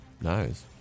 Nice